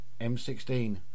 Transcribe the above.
M16